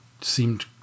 seemed